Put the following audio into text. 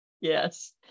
yes